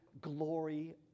glory